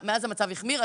מאז המצב המחמיר.